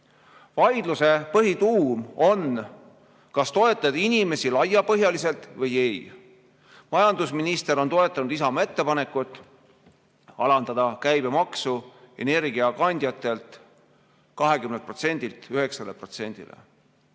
Vaidluse põhituum on, kas toetada inimesi laiapõhjaliselt või ei. Majandusminister on toetanud Isamaa ettepanekut alandada energiakandjate